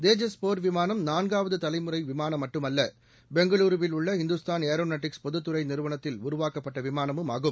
தேஜஸ் போா் விமானம் நான்காவது தலைமுறை விமானம் மட்டுமல்ல பெங்களூருவில் உள்ள இந்துஸ்தான் ஏரோநாட்டிக்ஸ் பொதுத்துறை நிறுவனத்தில் உருவாக்கப்பட்ட விமானம் ஆகும்